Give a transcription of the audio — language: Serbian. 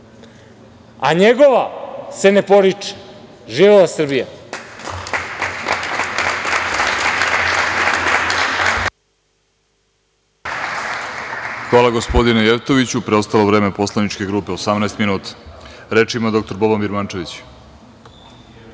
a njegova se ne poriče. Živela Srbija!